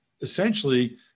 essentially